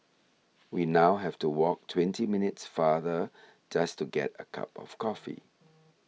we now have to walk twenty minutes farther just to get a cup of coffee